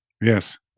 Yes